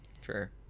Sure